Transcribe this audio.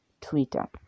Twitter